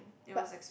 but